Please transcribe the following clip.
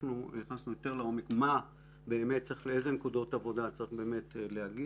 אנחנו נכנסנו יותר לעומק לאיזה נקודות עבודה צריך להגיע,